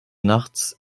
nachts